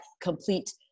complete